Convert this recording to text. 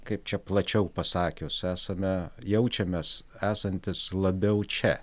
kaip čia plačiau pasakius esame jaučiamės esantys labiau čia